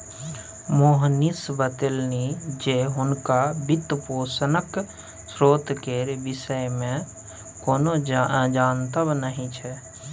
मोहनीश बतेलनि जे हुनका वित्तपोषणक स्रोत केर विषयमे कोनो जनतब नहि छै